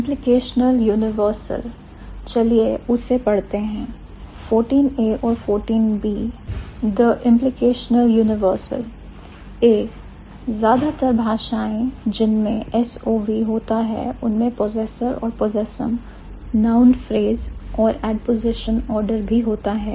Implicational universal चलिए उससे पढ़ते हैं 14a और 14b the Implicational universal a ज्यादातर भाषाएं इंजन में SOV होता है उनमें possessor और possessum noun phrase और अपोजिशन आर्डर भी होता है